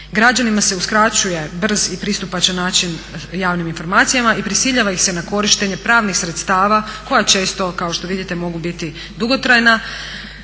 Građanima se uskraćuje brz i pristupačan način javnim informacijama i prisiljava ih se na korištenje pravnih sredstava koja često kao što vidite mogu biti dugotrajna